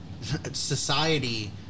society